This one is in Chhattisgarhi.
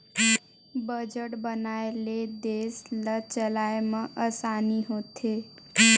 बजट बनाए ले देस ल चलाए म असानी होथे